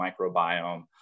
microbiome